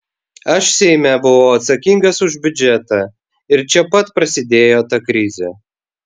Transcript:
aš seime buvau atsakingas už biudžetą ir čia pat prasidėjo ta krizė